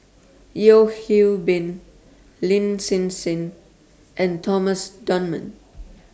Yeo Hwee Bin Lin Hsin Hsin and Thomas Dunman